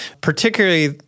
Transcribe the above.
particularly